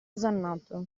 osannato